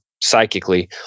psychically